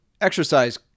exercise